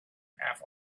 half